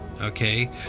okay